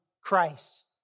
Christ